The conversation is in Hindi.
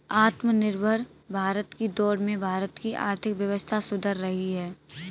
आत्मनिर्भर भारत की दौड़ में भारत की आर्थिक व्यवस्था सुधर रही है